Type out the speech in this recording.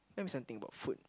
tell me something about food